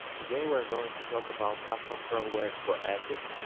today we are going to talk about custom firmwares for asics,